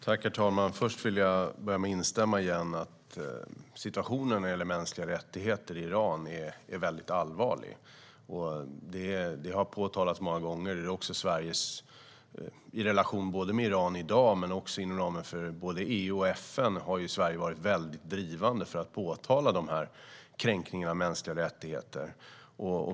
Herr talman! Först vill jag igen instämma i att situationen när det gäller mänskliga rättigheter i Iran är väldigt allvarlig. Det har påtalats många gånger. I Sveriges relation med Iran, också inom ramen för både EU och FN, har vi varit väldigt drivande och påtalat kränkningarna av mänskliga rättigheter.